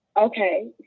Okay